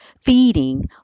feeding